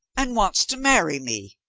and wants to marry me.